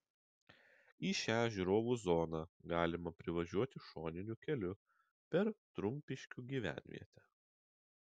į šią žiūrovų zoną galima privažiuoti šoniniu keliu per trumpiškių gyvenvietę